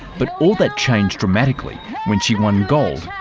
but all that changed dramatically when she won gold.